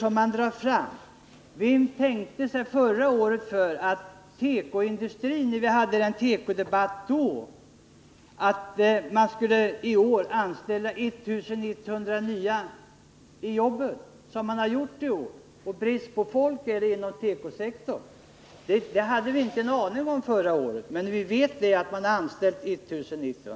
Vem kunde vid förra årets tekodebatt tänka sig att det inom tekoindustrin i år skulle anställas 1109 personer? Det har faktiskt skett i år, och det är nu brist på arbetskraft inom tekosektorn. Detta hade vi ingen aning om förra året, men vi vet nu att 1 109 personer har anställts.